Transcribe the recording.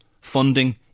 funding